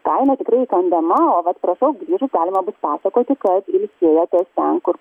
kaina tikrai įkandama o vat prašau grįžus galima bus pasakoti ka sėjotės ten kur